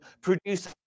produce